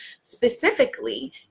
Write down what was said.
specifically